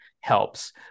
helps